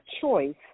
choice